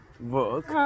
work